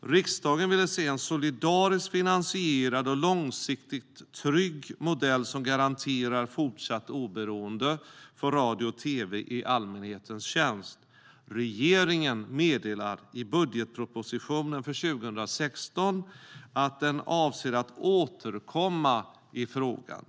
Riksdagen vill se en solidariskt finansierad och långsiktigt trygg modell som garanterar fortsatt oberoende för radio och tv i allmänhetens tjänst. Regeringen meddelar i budgetpropositionen för 2016 att den avser att återkomma i frågan.